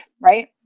right